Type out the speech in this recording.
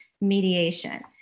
mediation